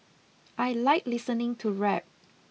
I like listening to rap